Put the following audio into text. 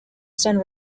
send